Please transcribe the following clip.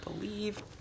believe